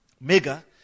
mega